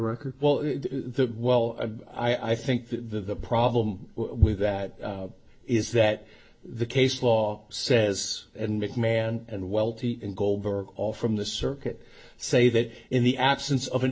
record well the well i think the problem with that is that the case law says and mcmahon and welty and goldberg all from the circuit say that in the absence of an